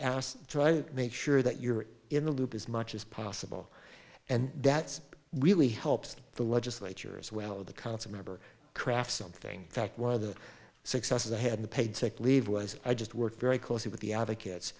to make sure that you're in the loop as much as possible and that really helps the legislature as well the council member craft something fact one of the successes i had the paid sick leave was i just worked very closely with the advocates